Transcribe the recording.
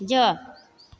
जो